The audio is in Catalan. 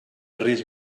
risc